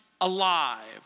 alive